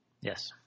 Yes